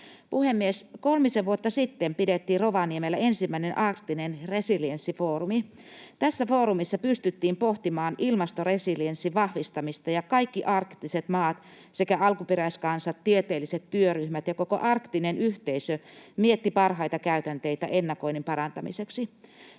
Puhemies! Kolmisen vuotta sitten pidettiin Rovaniemellä ensimmäinen Arktinen resilienssifoorumi. Tässä foorumissa pystyttiin pohtimaan ilmastoresilienssin vahvistamista, ja kaikki arktiset maat sekä alkuperäiskansat, tieteelliset työryhmät ja koko arktinen yhteisö miettivät parhaita käytänteitä ennakoinnin parantamiseksi.